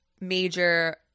major